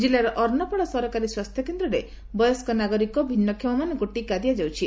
ଜିଲ୍ଲାର ଅର୍ଭ୍ୟପାଳ ସରକାରୀ ସ୍ୱାସ୍ଥ୍ୟ କେନ୍ଦ୍ରରେ ବୟସ୍କ ନାଗରିକ ଭିନ୍ବକ୍ଷମ ମାନଙ୍କୁ ଟିକା ଦିଆଯାଉଛି